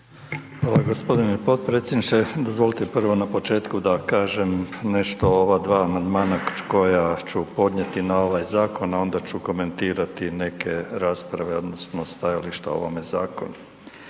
Hvala gospodine potpredsjedniče. Dozvolite prvo na početku da kažem nešto o ova dva amandmana koja ću podnijeti na ovaj zakon, a onda ću komentirati neke rasprave odnosno stajališta o ovome zakonu.